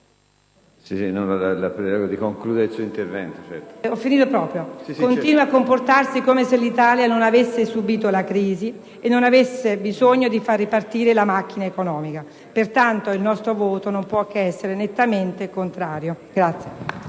Governo, purtroppo continua a comportarsi come se l'Italia non avesse subito la crisi e non avesse bisogno di far ripartire l'economia. Pertanto, il nostro voto non può che essere nettamente contrario.